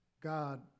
God